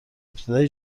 ابتدای